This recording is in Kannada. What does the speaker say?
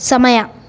ಸಮಯ